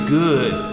good